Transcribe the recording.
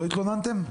לא התלוננתם?